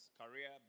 career